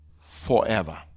forever